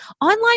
online